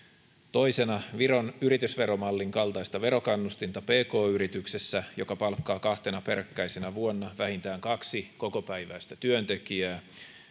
toisena viron yritysveromallin kaltaista verokannustinta pk yrityksessä joka palkkaa kahtena peräkkäisenä vuonna vähintään kaksi kokopäiväistä työntekijää